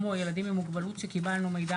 כמו ילדים עם מוגבלות שקיבלנו מידע